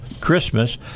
Christmas